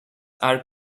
are